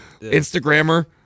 Instagrammer